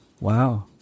Wow